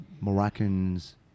Moroccan's